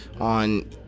on